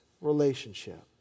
relationship